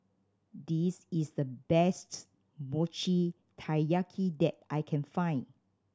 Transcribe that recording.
this is the best Mochi Taiyaki that I can find